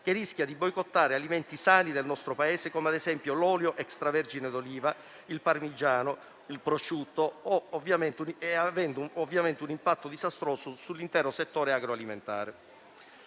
che rischia di boicottare alimenti sani del nostro Paese come ad esempio l'olio extravergine d'oliva, il parmigiano, il prosciutto e avendo ovviamente un impatto disastroso sull'intero settore agroalimentare.